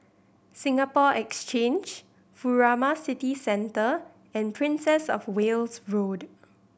Singapore Exchange Furama City Centre and Princess Of Wales Road